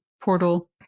portal